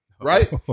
right